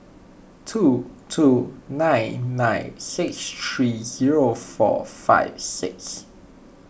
two two nine nine six three zero four five six